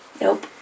Nope